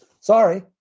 Sorry